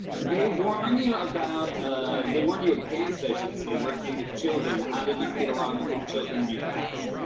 they warn you about ah they warn you against, i should say, working with children. how did you get along with the children in your cast?